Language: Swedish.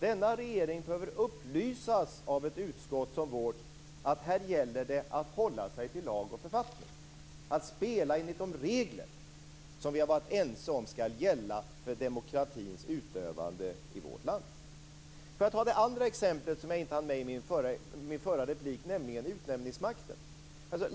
Denna regering behöver upplysas av ett utskott som vårt att här gäller det att hålla sig till lag och författning och spela enligt de regler som vi har varit ense om ska gälla för demokratins utövande i vårt land. Det andra exemplet, som jag inte hann med i min förra replik, gäller utnämningsmakten.